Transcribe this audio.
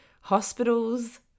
hospitals